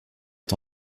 est